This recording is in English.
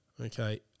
Okay